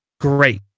great